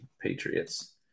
Patriots